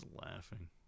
laughing